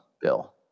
Bill